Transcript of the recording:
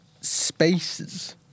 spaces